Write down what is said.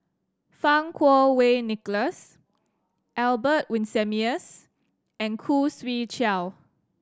Fang Kuo Wei Nicholas Albert Winsemius and Khoo Swee Chiow